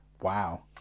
Wow